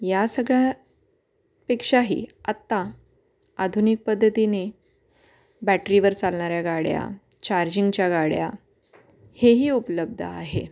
या सगळ्या पेक्षाही आत्ता आधुनिक पद्धतीने बॅटरीवर चालणाऱ्या गाड्या चार्जिंगच्या गाड्या हेही उपलब्ध आहे